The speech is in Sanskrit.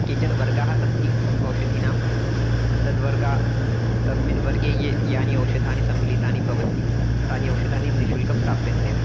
केचन वर्गाः सन्ति ओषधीनां तद्वर्गा तस्मिन् वर्गे ये यानि औषधानि सम्मिलितानि भवन्ति तानि औषधानि निःशुल्कं प्राप्यन्ते